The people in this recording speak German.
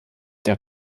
der